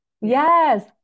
Yes